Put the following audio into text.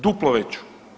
Duplo veću.